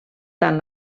tant